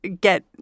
get